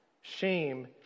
Shame